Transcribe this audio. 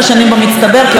כראש ממשלה,